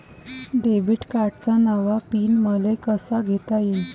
Debit कार्डचा नवा PIN मले कसा घेता येईन?